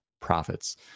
profits